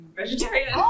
vegetarian